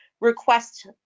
request